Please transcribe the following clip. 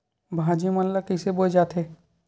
भाजी मन ला कइसे बोए जाथे?